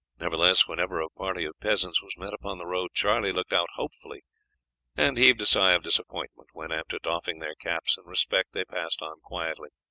nevertheless whenever a party of peasants was met upon the road charlie looked out hopefully and heaved a sigh of disappointment when, after doffing their caps in respect, they passed on quietly.